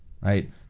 right